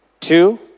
Two